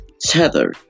Tether